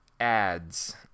Ads